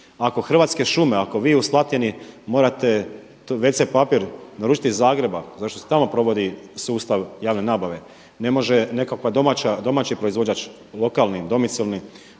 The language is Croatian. Ako Hrvatske šume, ako vi u Slatini morate wc papir naručiti iz Zagreba zato što se tamo provodi sustav javne nabave. Ne može nekakav domaći proizvođač lokalni, domicilni